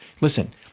Listen